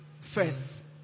first